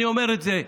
ואני אומר את זה,